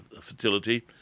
fertility